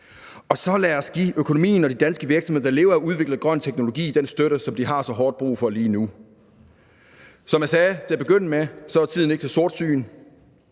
Og så lad os give økonomien og de danske virksomheder, der lever af at udvikle grøn teknologi, den støtte, som de har så hårdt brug for lige nu. Som jeg sagde til at begynde med, er tiden ikke til sortsyn,